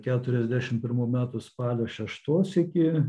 keturiasdešim pirmų metų spalio šeštos iki